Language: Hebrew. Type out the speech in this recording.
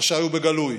בחשאי ובגלוי,